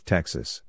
Texas